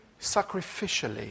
sacrificially